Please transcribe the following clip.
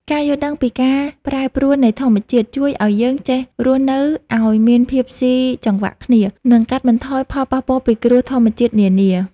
ការយល់ដឹងពីការប្រែប្រួលនៃធម្មជាតិជួយឱ្យយើងចេះរស់នៅឱ្យមានភាពស៊ីចង្វាក់គ្នា និងកាត់បន្ថយផលប៉ះពាល់ពីគ្រោះធម្មជាតិនានា។